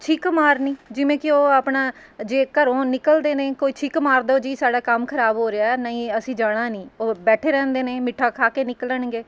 ਛਿੱਕ ਮਾਰਨੀ ਜਿਵੇਂ ਕਿ ਉਹ ਆਪਣਾ ਜੇ ਘਰੋਂ ਨਿਕਲਦੇ ਨੇ ਕੋਈ ਛਿੱਕ ਮਾਰ ਦਿਓ ਜੀ ਸਾਡਾ ਕੰਮ ਖ਼ਰਾਬ ਹੋ ਰਿਹਾ ਨਹੀਂ ਅਸੀਂ ਜਾਣਾ ਨਹੀਂ ਉਹ ਬੈਠੇ ਰਹਿੰਦੇ ਨੇ ਮਿੱਠਾ ਖਾ ਕੇ ਨਿਕਲਣਗੇ